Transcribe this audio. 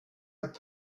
app